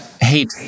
hate